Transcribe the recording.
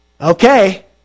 Okay